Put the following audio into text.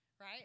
right